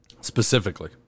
Specifically